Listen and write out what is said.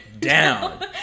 down